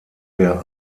der